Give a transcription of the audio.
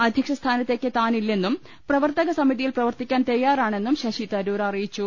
അധ്യക്ഷസ്ഥാ നത്തേയ്ക്ക് താനില്ലെന്നും പ്രവർത്തകസമിതിയിൽ പ്രവർത്തിക്കാൻ തയ്യാറാണെന്നും ശശിതരൂർ അറിയിച്ചു